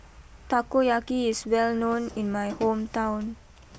Takoyaki is well known in my hometown